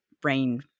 brain